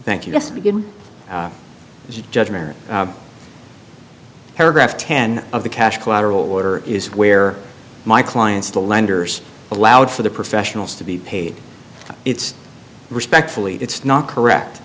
good judgment paragraph ten of the cash collateral order is where my clients the lenders allowed for the professionals to be paid it's respectfully it's not correct